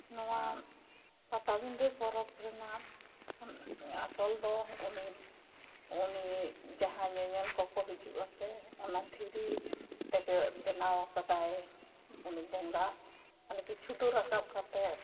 ᱱᱚᱣᱟ ᱯᱟᱴᱟ ᱵᱸᱫᱟᱹ ᱯᱚᱨᱚᱵᱽ ᱨᱮᱱᱟᱜ ᱟᱥᱚᱞ ᱫᱚ ᱩᱱᱤ ᱩᱱᱤ ᱡᱟᱦᱟᱸ ᱧᱮᱧᱮᱞ ᱠᱚᱠᱚ ᱦᱤᱡᱩᱜᱼᱟ ᱥᱮ ᱚᱱᱟ ᱫᱷᱤᱨᱤ ᱛᱮᱠᱮ ᱵᱮᱱᱟᱣ ᱟᱠᱟᱫᱟᱭ ᱩᱱᱤ ᱵᱚᱸᱜᱟ ᱢᱟᱱᱮ ᱠᱤᱪᱷᱩ ᱫᱚ ᱨᱟᱠᱟᱵ ᱠᱟᱛᱮ